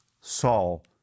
Saul